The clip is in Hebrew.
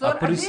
מחסור אדיר.